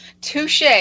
Touche